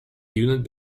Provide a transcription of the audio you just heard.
unit